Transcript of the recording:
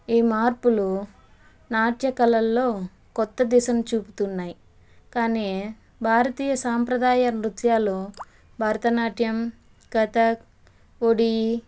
ఈ మార్పులు నాట్య కళల్లో కొత్త దిశను చూపుతున్నాయి కానీ భారతీయ సాంప్రదాయ నృత్యాలు భరతనాట్యం కథక్ ఒడిశీ